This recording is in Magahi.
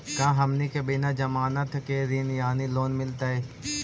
का हमनी के बिना जमानत के ऋण यानी लोन मिलतई?